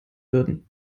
würden